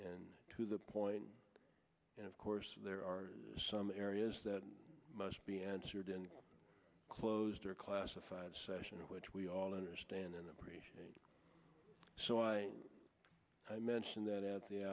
and to the point and of course there are some areas that must be answered in a closed door classified session which we all understand and appreciate so i i mention that at the